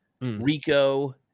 Rico